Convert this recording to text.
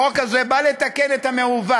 החוק הזה בא לתקן את המעוות.